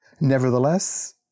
Nevertheless